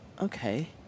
Okay